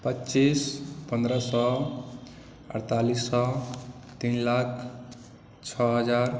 पचीस पनरह सओ अड़तालिस सओ तीन लाख छओ हजार